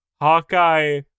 Hawkeye